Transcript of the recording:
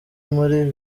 muri